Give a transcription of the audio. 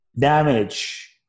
damage